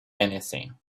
anything